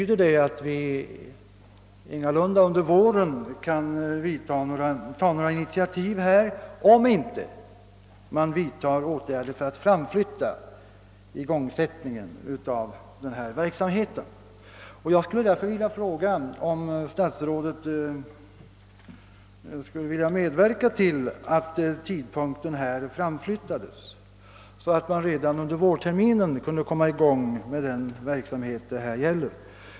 Det betyder sålunda att några initiativ ingalunda kan tas under våren, om inte verksamhetens igångsättning flyttas. Jag vill därför fråga, om statsrådet är beredd medverka till en sådan ändring i fråga om tidpunkten, att man redan under vårterminen kan komma i gång med den ifrågavarande verksamheten.